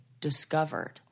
discovered